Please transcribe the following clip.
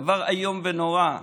זה דבר איום ונורא.